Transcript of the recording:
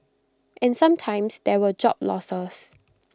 and sometimes there were job losses